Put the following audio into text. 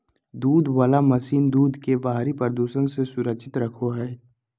दूध वला मशीन दूध के बाहरी प्रदूषण से सुरक्षित रखो हइ